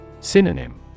Synonym